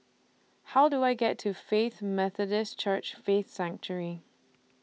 How Do I get to Faith Methodist Church Faith Sanctuary